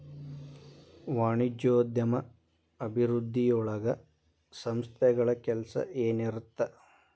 ವಾಣಿಜ್ಯೋದ್ಯಮ ಅಭಿವೃದ್ಧಿಯೊಳಗ ಸಂಸ್ಥೆಗಳ ಕೆಲ್ಸ ಏನಿರತ್ತ